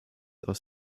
aus